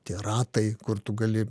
tie ratai kur tu gali